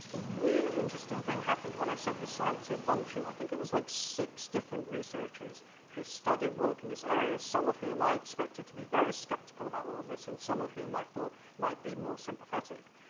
really interesting interesting thing happened when i sent this out to a bunch of, i think it was, like, six different researchers who started work in this area, some of whom i expected to be very skeptical about all this, and some of whom i thought might be more sympathetic.